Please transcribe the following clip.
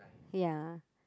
ya